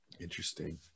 Interesting